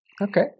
Okay